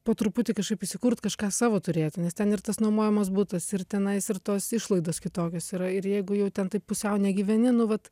po truputį kažkaip įsikurt kažką savo turėti nes ten ir tas nuomojamas butas ir tenais ir tos išlaidos kitokios yra ir jeigu jau ten taip pusiau negyveni nu vat